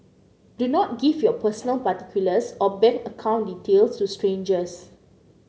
do not give your personal particulars or bank account details to strangers